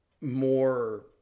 more